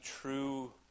true